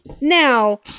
Now